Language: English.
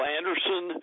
Anderson